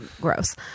gross